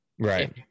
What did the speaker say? right